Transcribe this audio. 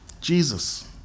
Jesus